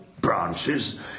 branches